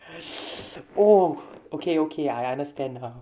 oh okay okay I understand now